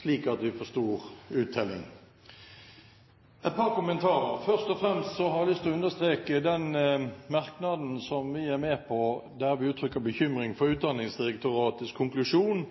slik at vi får stor uttelling. Et par kommentarer: Først og fremst har jeg lyst til å understreke den merknaden som vi er med på, der vi uttrykker bekymring for Utdanningsdirektoratets konklusjon